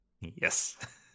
Yes